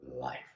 life